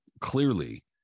Clearly